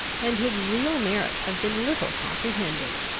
and his real merits have been little comprehended.